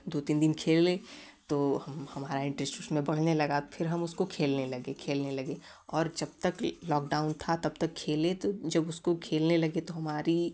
दो तीन दिन खेले तो हम हमारा इन्टरेस्ट उसमें बढ़ाने लगा फिर हम उसको खेलने लगे खेलने लगे और जब तक लॉकडाउन था तब तक खेले तो जब उसको खेलने लगे तो हमारी